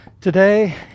today